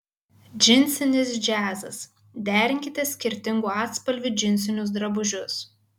džinsinis džiazas derinkite skirtingų atspalvių džinsinius drabužius